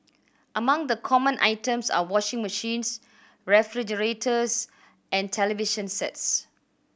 among the common items are washing machines refrigerators and television sets